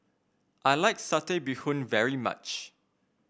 I like Satay Bee Hoon very much